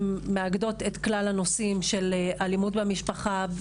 הן מאגדות את כלל הנושאים של אלימות במשפחה,